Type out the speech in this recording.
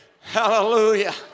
Hallelujah